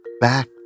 back